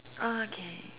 ah K